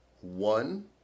one